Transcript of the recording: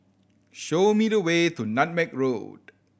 show me the way to Nutmeg Road